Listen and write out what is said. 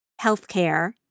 healthcare